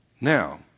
Now